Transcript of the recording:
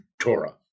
Torah